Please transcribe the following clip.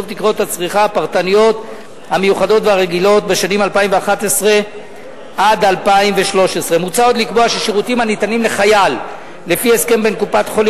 תקרות הצריכה הפרטניות המיוחדות והרגילות בשנים 2011 2013. מוצע עוד לקבוע ששירותים הניתנים לחייל לפי הסכם בין קופת-חולים